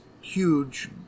huge